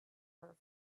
her